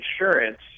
insurance